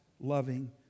loving